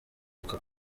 aka